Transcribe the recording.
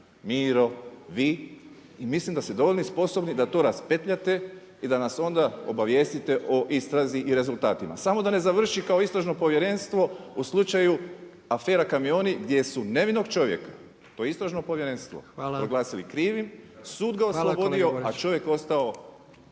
Miro, vi i mislim da ste dovoljno sposobni da to raspetljate i da nas onda obavijestite o istrazi i rezultatima. Samo da ne završi kao istražno povjerenstvo u slučaju afera kamioni gdje su nevinog čovjeka, to istražno povjerenstvo proglasili krivim. …/Upadica predsjednik: